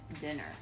dinner